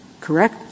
correct